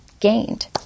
gained